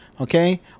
Okay